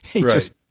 Right